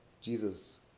Jesus